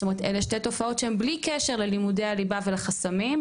אלו שתי תופעות שבלי קשר ללימודי ליבה ולחסמים,